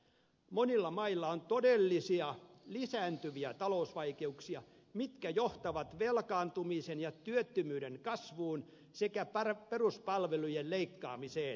monilla mailla on todellisia lisääntyviä talousvaikeuksia mitkä johtavat velkaantumisen ja työttömyyden kasvuun sekä peruspalvelujen leikkaamiseen